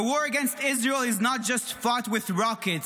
The war against Israel is not just fights with rockets.